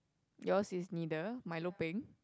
yours is neither Milo peng